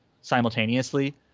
simultaneously